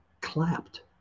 clapped